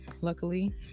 luckily